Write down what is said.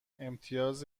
امتیاز